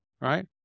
right